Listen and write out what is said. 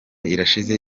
irashize